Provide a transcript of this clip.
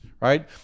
right